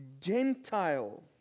Gentile